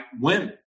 women